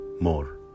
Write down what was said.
more